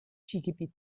skigebiet